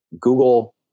Google